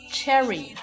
Cherry